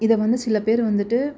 இதை வந்து சில பேர் வந்துவிட்டு